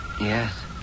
Yes